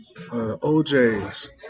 OJ's